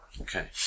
okay